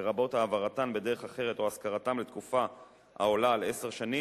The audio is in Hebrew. לרבות העברתם בדרך אחרת או השכרתם לתקופה העולה על עשר שנים,